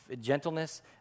gentleness